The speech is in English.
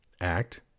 Act